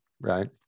right